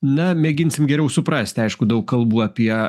na mėginsim geriau suprast aišku daug kalbų apie